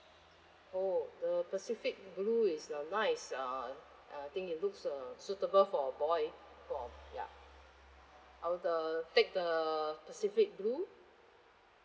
oh the pacific blue is a nice uh I think it looks uh suitable for boy for yup I'll the take the pacific blue